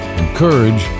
encourage